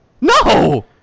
No